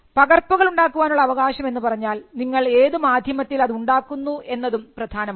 പകർപ്പുകൾ ഉണ്ടാക്കാനുള്ള അവകാശം എന്ന് പറഞ്ഞാൽ നിങ്ങൾ ഏതു മാധ്യമത്തിൽ അത് ഉണ്ടാക്കുന്നു എന്നതും പ്രധാനമാണ്